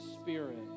spirit